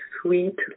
Sweet